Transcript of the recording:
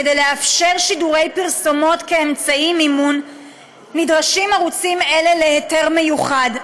כדי לאפשר שידור פרסומות כאמצעי מימון נדרשים ערוצים אלה להיתר מיוחד.